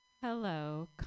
hello